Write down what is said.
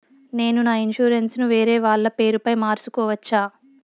నేను నా ఇన్సూరెన్సు ను వేరేవాళ్ల పేరుపై మార్సుకోవచ్చా?